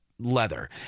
leather